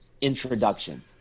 introduction